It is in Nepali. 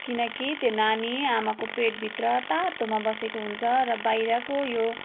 किनकि त्यो नानी आमाको पेट भित्र तातोमा बसेको हुन्छ र बाहिरको यो